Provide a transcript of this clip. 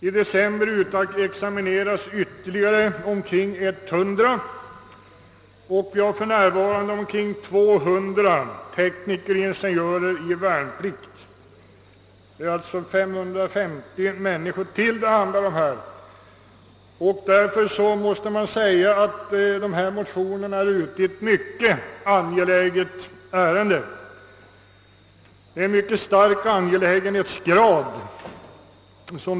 I december i år utexamineras ytterligare omkring 100, och dessutom har vi 200 tekniker och ingenjörer vilka för närvarande gör sin värnplikt. Sammanlagt rör det sig alltså om 550 människor utöver de tidigare nämnda. Därför måste man säga att dessa motioner tar upp ett mycket angeläget ärende.